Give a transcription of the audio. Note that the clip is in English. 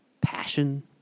Passion